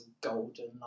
golden